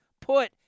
put